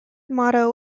motto